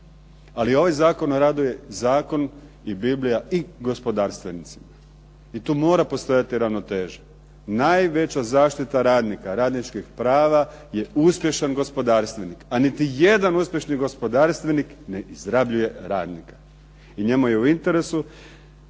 Ali ovaj Zakon o radu je zakon i Biblija i gospodarstvenicima. I tu mora postojati ravnoteža. Najveća zaštita radnika, radničkih prava je uspješan gospodarstvenik, a niti jedan uspješni gospodarstvenik ne izrabljuje radnika. I njemu je u interesu,